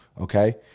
okay